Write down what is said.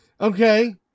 Okay